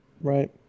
right